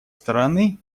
стороны